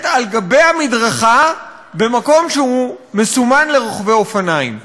על-גבי המדרכה במקום שהוא מסומן לרוכבי אופניים.